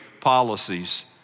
policies